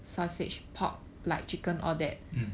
mm